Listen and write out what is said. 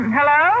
Hello